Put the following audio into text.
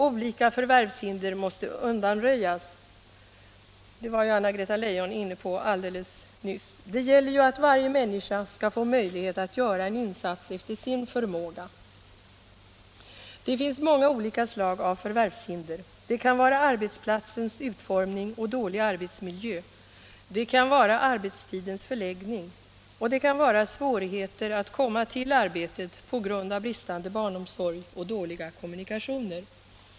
Olika förvärvshinder måste undanröjas. Detta var ju Anna-Greta Leijon inne på alldeles nyss. Det gäller att varje människa skall få möjlighet att göra en insats efter sin förmåga. Det finns många olika slag av förvärvshinder. Det kan vara arbetsplatsens utformning och dålig arbetsmiljö, det kan vara arbetstidens förläggning och det kan vara svårigheter att komma till arbetet på grund av bristande barnomsorg och dåliga kommunikationer.